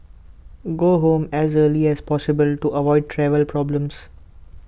go home as early as possible to avoid travel problems